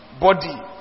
body